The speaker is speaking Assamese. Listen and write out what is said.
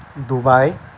ডুবাই